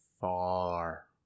far